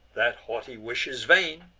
that haughty wish is vain!